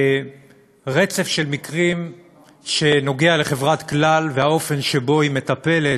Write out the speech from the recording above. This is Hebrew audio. רצף של מקרים שנוגע לחברת "כלל" והאופן שבו היא מטפלת,